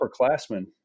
upperclassmen